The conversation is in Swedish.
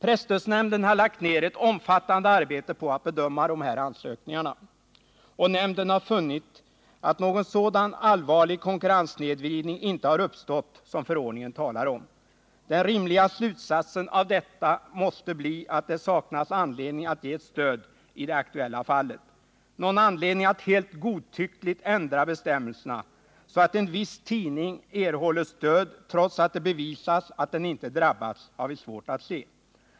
Presstödsnämnden har lagt ner ett omfattande arbete på att bedöma dessa ansökningar, och nämnden har funnit att någon sådan allvarlig konkurrenssnedvridning inte har uppstått som förordningen talar om. Den rimliga slutsatsen av detta måste bli att det saknas anledning att ge ett stöd i det aktuella fallet. Någon anledning att helt godtyckligt ändra bestämmelserna, så att en viss tidning erhåller stöd trots att det bevisats att den inte drabbats, har vi svårt att se.